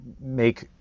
make